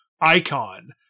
icon